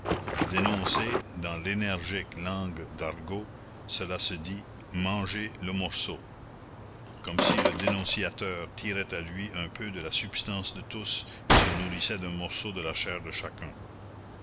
dénoncer dans l'énergique langue d'argot cela se dit manger le morceau comme si le dénonciateur tirait à lui un peu de la substance de tous et se nourrissait d'un morceau de la chair de chacun